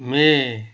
may